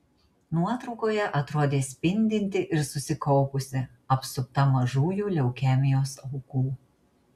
nuotraukoje atrodė spindinti ir susikaupusi apsupta mažųjų leukemijos aukų